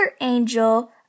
angel